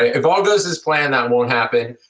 ah if all goes as plan that won't happen,